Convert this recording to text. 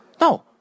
no